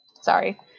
Sorry